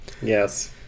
Yes